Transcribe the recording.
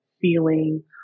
feeling